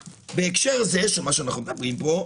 בהקשר זה, מה שאנחנו מדברים פה,